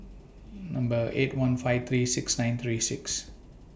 Number eight one five three six nine three six